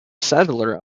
settler